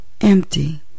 empty